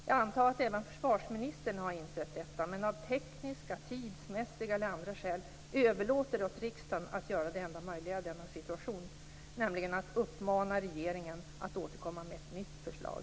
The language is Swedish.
Jag antar att även försvarsministern har insett detta, men att han av tekniska, tidsmässiga eller andra skäl överlåter åt riksdagen att göra det enda möjliga i denna situation, nämligen att uppmana regeringen att återkomma med ett nytt förslag.